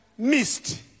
missed